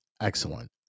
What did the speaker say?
excellent